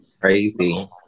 Crazy